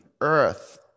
Earth